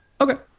Okay